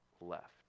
left